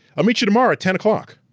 i'll meet you tomorrow at ten o'clock,